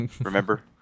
remember